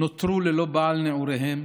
נותרו ללא בעל נעוריהן,